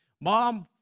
Mom